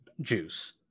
juice